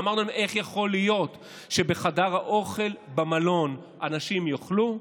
ואמרנו להם: איך יכול להיות שבחדר האוכל במלון אנשים יאכלו,